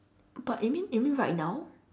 but you mean you mean right now